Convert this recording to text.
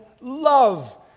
love